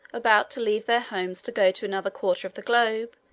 about to leave their homes to go to another quarter of the globe,